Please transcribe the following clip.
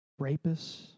rapists